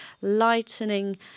lightening